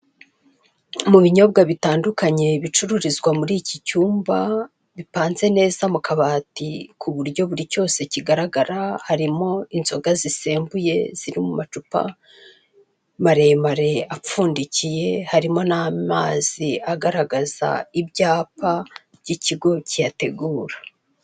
Mu binyobwa bitandukanye bicururizwa muri iki cyumba bipanze neza mu kabati ku buryo buri cyose kigaragara, harimo inzoga zisembuye ziri mu macupa maremare apfundikiye, harimo n'amazi agaragaza ibyapa by'ikigo kiyategura.